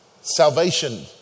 Salvation